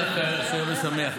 פסח כשר ושמח.